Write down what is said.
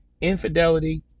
Infidelity